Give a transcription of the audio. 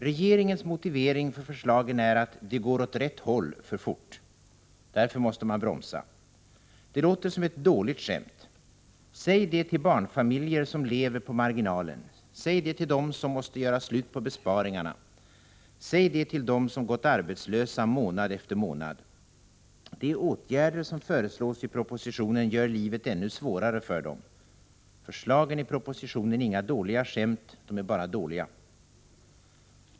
Regeringens motivering för förslagen är att det går åt rätt håll — för fort. Därför måste man bromsa. Det låter som ett dåligt skämt. Säg det till barnfamiljen som lever på marginalen, säg det till den som måste göra slut på besparingarna, säg det till den som gått arbetslös månad efter månad! De åtgärder som föreslås i propositionen gör livet ännu svårare för dem. Förslagen i propositionen är inga dåliga skämt — de är bara dåliga.